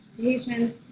patients